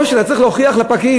או שאתה צריך להוכיח לפקיד,